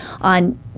on